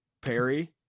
Perry